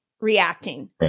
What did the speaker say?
reacting